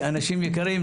אנשים יקרים,